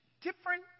Different